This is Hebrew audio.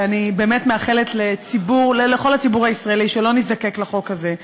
שאני באמת מאחלת לכל הציבור הישראלי שלא נזדקק לחוק הזה.